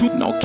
no